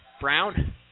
Brown